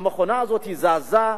המכונה הזאת זזה,